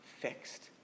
fixed